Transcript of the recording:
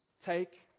take